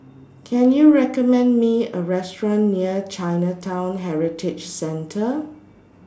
Can YOU recommend Me A Restaurant near Chinatown Heritage Centre